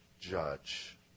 judge